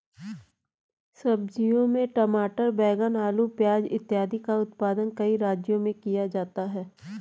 सब्जियों में टमाटर, बैंगन, आलू, प्याज इत्यादि का उत्पादन कई राज्यों में किया जाता है